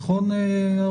נכון?